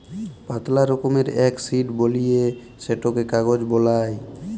পাতলা রকমের এক শিট বলিয়ে সেটকে কাগজ বালাই